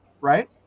right